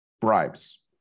bribes